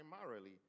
primarily